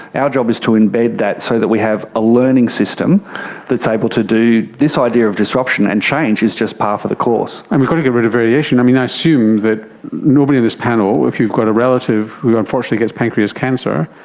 our job is to embed that so that we have a learning system that is able to do this idea of disruption, and change is just par for the course. and we've got to get rid of variation. i assume that nobody on this panel, if you've got a relative who unfortunately gets pancreatic cancer,